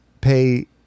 pay